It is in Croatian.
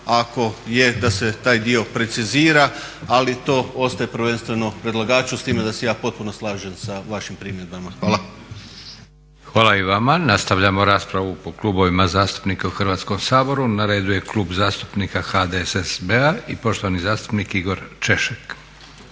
ako je da se taj dio precizira, ali to ostaje prvenstveno predlagaču s time da se ja potpuno slažem sa vašim primjedbama. Hvala. **Leko, Josip (SDP)** Hvala i vama. Nastavljamo raspravu po klubovima zastupnika u Hrvatskom saboru. Na redu je Klub zastupnika HDSSB-a i poštovani zastupnik Igor Češek.